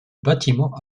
bâtiment